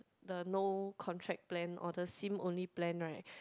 the no contract plan or the Sim only plan right